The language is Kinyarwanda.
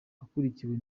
akurikiwe